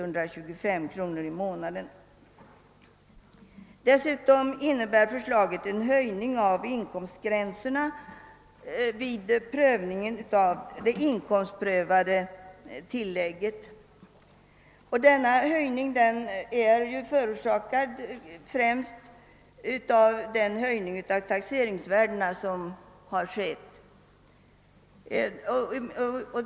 innebär förslaget en höjning av inkomstgränserna i fråga om det inkomstprövade tillägget. Denna höjning är främst förorsakad av de ökade taxeringsvärdena.